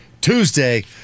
Tuesday